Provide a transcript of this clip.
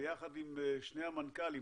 ביחד עם שני המנכ"לים,